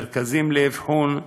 מרכזים לאבחון,